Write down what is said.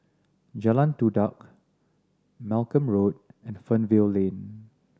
Jalan Todak Malcolm Road and Fernvale Lane